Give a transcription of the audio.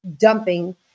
dumping